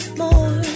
more